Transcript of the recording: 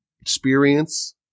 experience